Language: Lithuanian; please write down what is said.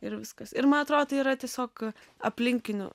ir viskas ir man atrodo tai yra tiesiog aplinkinių